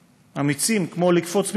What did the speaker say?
אמיצים, כמו לקפוץ ממגדל,